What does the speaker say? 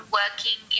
working